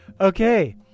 okay